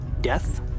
death